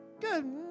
good